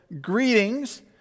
Greetings